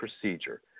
procedure